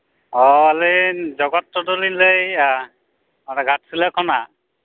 ᱚᱻ ᱟᱹᱞᱤᱧ ᱡᱚᱜᱚᱛ ᱴᱩᱰᱩᱞᱤᱧ ᱞᱟᱹᱭᱮᱫᱼᱟ ᱱᱚᱰᱮ ᱜᱷᱟᱴᱥᱤᱞᱟᱹ ᱠᱷᱟᱱᱟᱜ